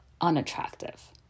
unattractive